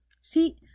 See